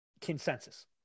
consensus